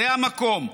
זה המקום,